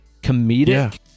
comedic